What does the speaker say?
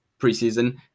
preseason